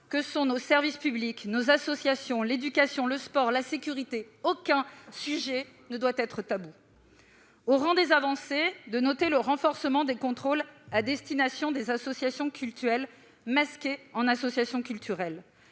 que sont nos services publics, nos associations, l'éducation, le sport et la sécurité ; aucun sujet ne doit être tabou. Au rang des avancées, notons le renforcement des contrôles à destination des associations cultuelles masquées en associations culturelles,